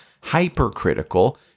hypercritical